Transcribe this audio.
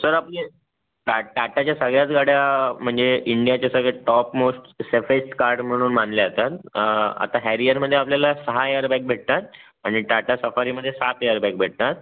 sir आपले टा टाटाच्या सगळ्याच गाड्या म्हणजे इंडियाच्या सगळ्यात टॉप मोस्ट सेफेस्ट कार म्हणून मानल्या जातात आता हॅरिअरमध्ये आपल्याला सहा एअर बॅग भेटतात आणि टाटा सफारीमध्ये सात एअर बॅग भेटतात